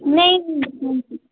नेईं